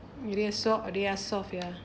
it is so~ uh they are soft ya